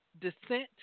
descent